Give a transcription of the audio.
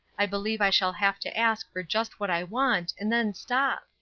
i believe i shall have to ask for just what i want and then stop.